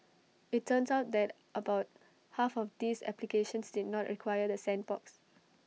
IT turns out that about half of these applications did not require the sandbox